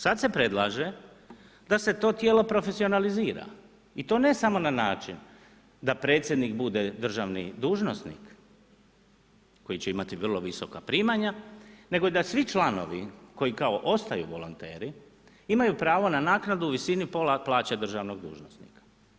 Sad se predlaže da se to tijelo profesionalizira i to ne samo na način da predsjednik bude državni dužnosnik koji će imati vrlo visoka primanja, nego da svi članovi koji kao ostaju volonteri imaju pravo na naknadu u visini pola plaće državnog dužnosnika.